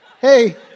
hey